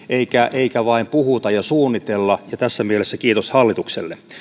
eikä vain puhuta ja suunnitella ja tässä mielessä kiitos hallitukselle